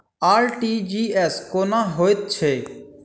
RTGS कोना होइत छै?